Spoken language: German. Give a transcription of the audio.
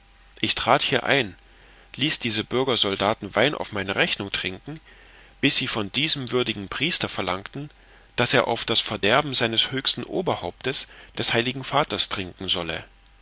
ich trat hier ein ließ diese bürger soldaten wein auf meine rechnung trinken bis sie von diesem würdigen priester verlangten daß er auf das verderben seines höchsten oberhauptes des heiligen vaters trinken solle